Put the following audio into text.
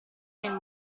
nel